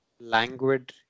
languid